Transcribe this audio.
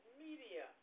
media